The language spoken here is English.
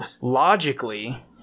logically